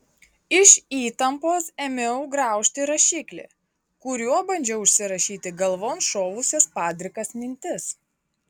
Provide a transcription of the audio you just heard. iš įtampos ėmiau graužti rašiklį kuriuo bandžiau užsirašyti galvon šovusias padrikas mintis